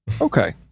Okay